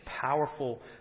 powerful